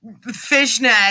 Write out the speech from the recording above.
fishnet